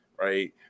right